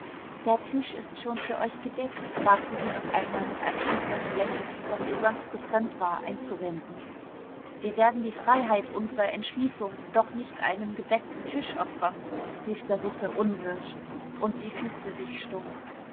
der tisch ist schon für euch gedeckt wagte sie noch einmal mit einem schüchternen lächeln das ihr sonst so fremd war einzuwenden wir werden die freiheit unserer entschließung doch nicht einem gedeckten tisch opfern rief der russe unwirsch und sie fügte sich stumm